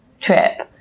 trip